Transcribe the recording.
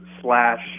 slash